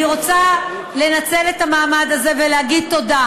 אני רוצה לנצל את המעמד הזה ולהגיד תודה